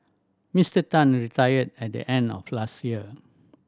Mister Tan retired at the end of last year